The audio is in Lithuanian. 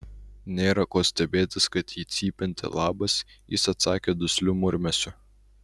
nėra ko stebėtis kad į cypiantį labas jis atsakė dusliu murmesiu